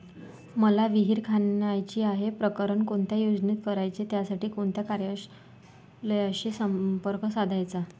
मला विहिर खणायची आहे, प्रकरण कोणत्या योजनेत करायचे त्यासाठी कोणत्या कार्यालयाशी संपर्क साधायचा?